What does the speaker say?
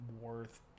worth